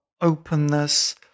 openness